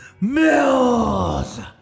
Mills